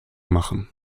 machen